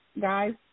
guys